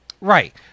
Right